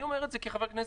אני אומר את זה כחבר כנסת,